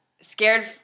scared